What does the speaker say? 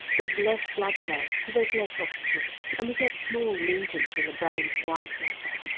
there's less blood flow so there's less oxygen and we get small lesions in the brain's white matter.